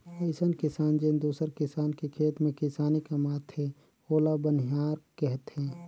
अइसन किसान जेन दूसर किसान के खेत में किसानी कमाथे ओला बनिहार केहथे